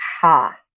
Ha